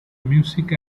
music